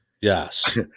yes